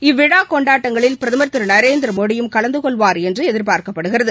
இவ்விழா கொண்டாட்டங்களில் பிரதமர் திரு நரேந்திரமோடியும் கலந்து கொள்வார் என்று எதிர்பார்க்கப்படுகிறது